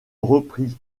reprit